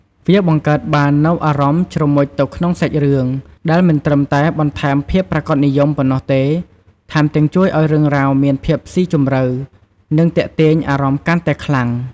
វាបង្កើតបាននូវអារម្មណ៍ជ្រមុជទៅក្នុងសាច់រឿង ដែលមិនត្រឹមតែ បន្ថែមភាពប្រាកដនិយម ប៉ុណ្ណោះទេ ថែមទាំង ជួយឱ្យរឿងរ៉ាវមានភាពស៊ីជម្រៅ និងទាក់ទាញអារម្មណ៍កាន់តែខ្លាំង។